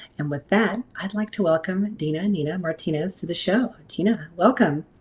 and with that i'd like to welcome dina and nina martinez to the show. dina welcome.